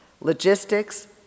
Logistics